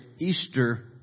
Easter